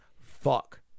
fuck